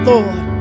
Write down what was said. Lord